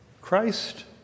christ